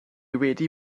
wedi